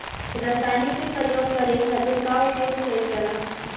रसायनिक के प्रयोग करे खातिर का उपयोग कईल जाला?